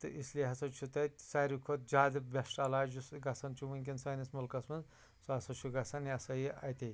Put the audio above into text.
تہٕ اس لیے ہَسا چھُ تتہِ ساروٕے کھۄتہ زیٛادٕ بیٚسٹہٕ علاج یُس گَژھان چھُ وُنٛکیٚن سٲنِس مُلکَس مَنٛز سُہ ہَسا چھُ گَژھان یہِ ہَسا یہِ اَتے